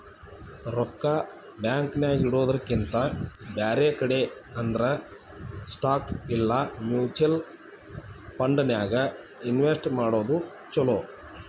ರೊಕ್ಕಾ ಬ್ಯಾಂಕ್ ನ್ಯಾಗಿಡೊದ್ರಕಿಂತಾ ಬ್ಯಾರೆ ಕಡೆ ಅಂದ್ರ ಸ್ಟಾಕ್ ಇಲಾ ಮ್ಯುಚುವಲ್ ಫಂಡನ್ಯಾಗ್ ಇನ್ವೆಸ್ಟ್ ಮಾಡೊದ್ ಛಲೊ